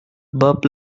bob